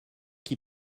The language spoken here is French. qui